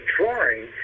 drawing